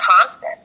constant